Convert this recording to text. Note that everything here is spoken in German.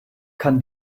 kann